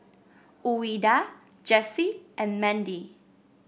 Ouida Jessie and Mandy